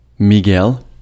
Miguel